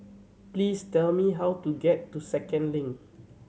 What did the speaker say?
please tell me how to get to Second Link